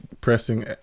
pressing